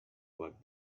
what